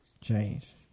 change